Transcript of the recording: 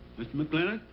mr. mclintock.